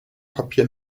papier